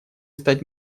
стать